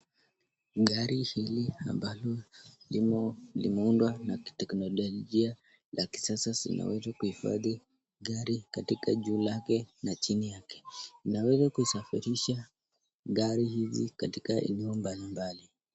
Gari hili ambalo limeundwa na kiteknolojia la kisasa zinaweza kuhifadhi gari katika juu lake na chini yake. Inaweza kuisafirisha gari hizi katika eneo mbalimbali.